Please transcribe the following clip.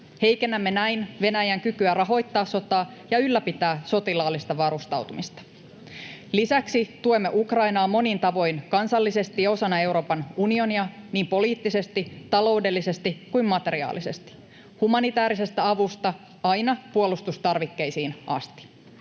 Heikennämme näin Venäjän kykyä rahoittaa sotaa ja ylläpitää sotilaallista varustautumista. Lisäksi tuemme Ukrainaa monin tavoin kansallisesti ja osana Euroopan unionia niin poliittisesti, taloudellisesti kuin materiaalisesti — humanitäärisestä avusta aina puolustustarvikkeisiin asti.